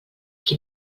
qui